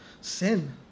sin